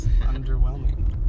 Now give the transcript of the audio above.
underwhelming